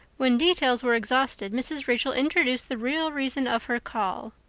when details were exhausted mrs. rachel introduced the real reason of her call.